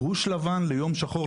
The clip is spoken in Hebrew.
גרוש לבן ליום שחור,